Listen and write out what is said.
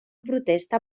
protesta